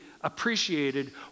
appreciated